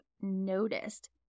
noticed